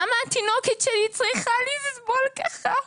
למה התינוקת שלי צריכה לסבול ככה?